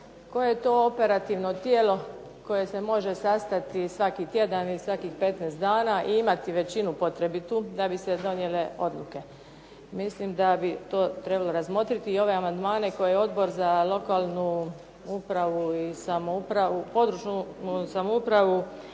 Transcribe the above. Koje je to operativno tijelo koje se može sastati svaki tjedan ili svakih 15 dana i imati većinu potrebitu da bi se donijele odluke. Mislim da bi to trebalo razmotriti. I ove amandmane koje je Odbor za lokalnu upravu i samoupravu